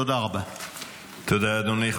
תודה, אדוני.